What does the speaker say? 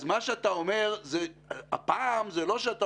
אז זה לא שאתה